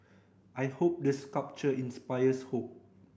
I hope the sculpture inspires hope